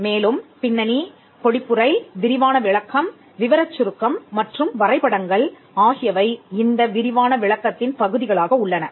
மேலும் பின்னணி பொழிப்புரை விரிவான விளக்கம் விவரச் சுருக்கம் மற்றும் வரைபடங்கள் ஆகியவை இந்த விரிவான விளக்கத்தின் பகுதிகளாக உள்ளன